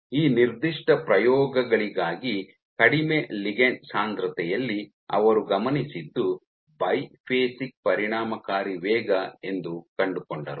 ಈ ನಿರ್ದಿಷ್ಟ ಪ್ರಯೋಗಗಳಿಗಾಗಿ ಕಡಿಮೆ ಲಿಗಂಡ್ ಸಾಂದ್ರತೆಯಲ್ಲಿ ಅವರು ಗಮನಿಸಿದ್ದು ಬೈಫಾಸಿಕ್ ಪರಿಣಾಮಕಾರಿ ವೇಗ ಎಂದು ಕಂಡುಕೊಂಡರು